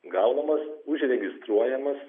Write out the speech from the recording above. gaunamas užregistruojamas